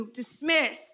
dismiss